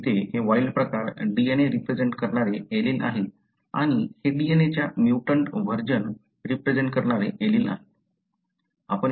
इथे हे वाइल्ड प्रकार DNA रिप्रेझेन्ट करणारे एलील आहे आणि हे DNA च्या म्युटंट व्हर्जन रिप्रेझेन्ट करणारे एलील आहे